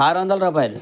ఆరు వందల రూపాయలు